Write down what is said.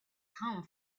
come